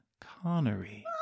Connery